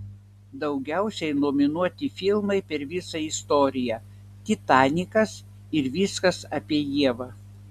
daugiausiai nominuoti filmai per visą istoriją titanikas ir viskas apie ievą